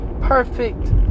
Perfect